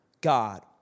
God